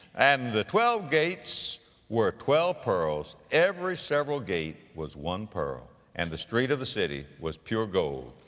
and the twelve gates were twelve pearls every several gate was one pearl and the street of the city was pure gold,